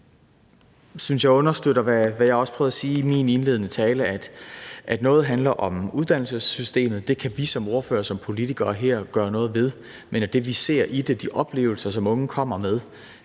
jeg, understøtter, hvad jeg også prøvede at sige i min indledende tale, nemlig at noget handler om uddannelsessystemet, og det kan vi som ordførere og politikere her gøre noget ved, men at det, vi ser i det – de oplevelser, som unge kommer med